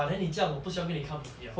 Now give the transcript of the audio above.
!wah! then 你这样我不喜欢跟你看 movie 了